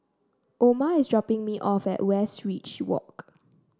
Oma is dropping me off at Westridge Walk